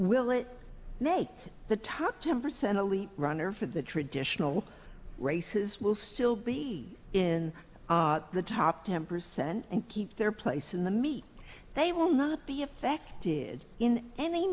will it make the top ten percent elite runner for the traditional races will still be in the top ten percent and keep their place in the meat they will not be affected in any